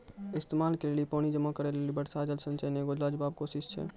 इस्तेमाल के लेली पानी जमा करै लेली वर्षा जल संचयन एगो लाजबाब कोशिश छै